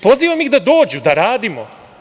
Pozivam ih da dođu, da radimo.